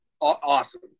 awesome